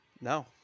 No